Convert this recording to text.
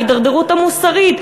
ההידרדרות המוסרית,